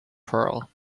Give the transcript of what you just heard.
pearl